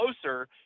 closer